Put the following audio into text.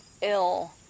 ill